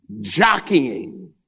jockeying